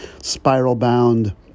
spiral-bound